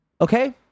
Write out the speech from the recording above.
Okay